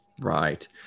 Right